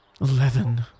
Eleven